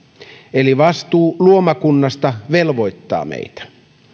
eli vastuu luomakunnasta velvoittaa meitä